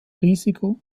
risiko